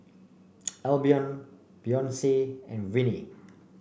Albion Beyonce and Vinie